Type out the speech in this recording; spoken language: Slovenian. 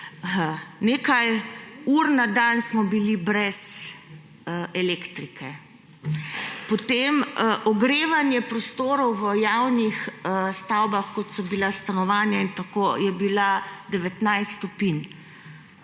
Nekaj ur na dan smo bili brez elektrike. Potem ogrevanje prostorov v javnih stavbah, kot so bila stanovanja, je bilo 19 stopinj.